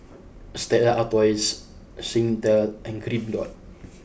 Stella Artois Singtel and Green Dot